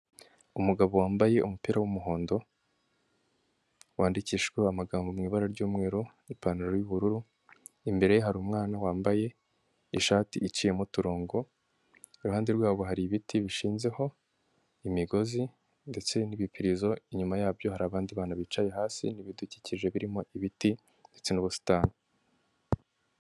Umugabo wambaye umupira w'umuhondo wandikishijwe amagambo mu ibara ry'umweru, ipantaro y'ubururu imbere hari umwana wambaye ishati iciyemo uturongo iruhande rwabo hari ibiti bishinzeho imigozi ndetse n'ibipirizo inyuma yabyo hari abandi bantu bicaye hasi n'ibidukikije birimo ibiti ndetse n'ubusitani.